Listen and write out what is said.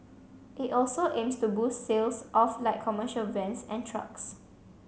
it also aims to boost sales of light commercial vans and trucks